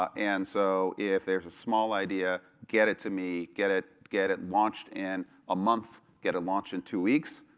and so if there's a small idea, get it to me, get it get it launched in a month, get it launched in two weeks.